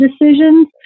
decisions